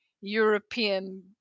European